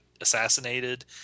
assassinated